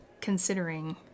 considering